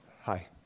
Hi